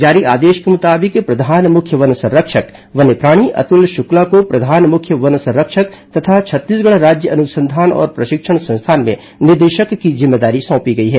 जारी आदेश के मुताबिक प्रधान मुख्य वन संरक्षक वन्यप्राणी अतुल शुक्ला को प्रधान मुख्य वन संरक्षक तथा छत्तीसगढ़ राज्य अनुसंधान और प्रशिक्षण संस्थान में निदेशक की जिम्मेदारी सौंपी गई है